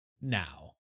now